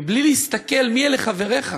בלי להסתכל מיהם חבריך,